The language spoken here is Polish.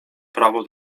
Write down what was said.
prawo